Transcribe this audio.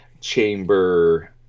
Chamber